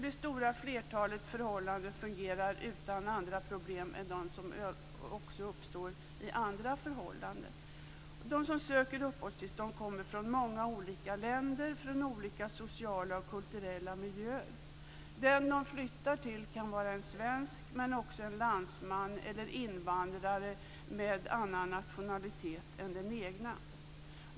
Det stora flertalet förhållanden fungerar utan andra problem än de som också uppstår i andra förhållanden. De som söker uppehållstillstånd kommer från många olika länder, från olika sociala och kulturella miljöer. Den de flyttar till kan vara svensk men också en landsman eller invandrare med annan nationalitet än den egna.